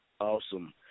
Awesome